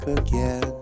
again